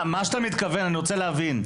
מה שאתה מתכוון, אני רוצה להבין.